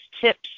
tips